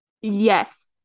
Yes